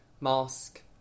mask